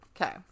Okay